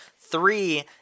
three